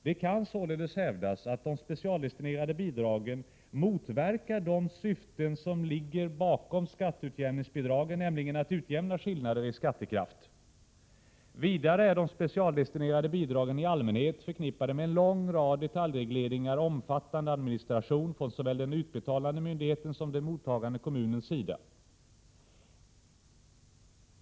Det kan således hävdas att de specialdestinerade bidragen motverkar det syfte som ligger bakom skatteutjämningsbidragen, nämligen att utjämna skillnader i skattekraft. De specialdestinerade bidragen är vidare i allmänhet förknippade med en lång rad detaljregleringar och en omfattande administration från såväl den utbetalande myndigheten som den mottagande kommunens sida.